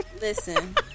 listen